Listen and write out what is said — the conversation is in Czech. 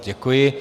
Děkuji.